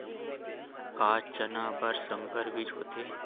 का चना बर संकर बीज होथे?